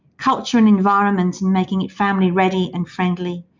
culture and environment, making it family ready and friendly,